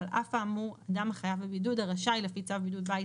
על אף האמור אדם החייב בבידוד הרשאי לפי צו בידוד בית